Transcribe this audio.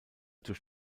durch